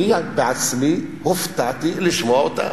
אני עצמי הופתעתי לשמוע אותם.